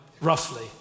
roughly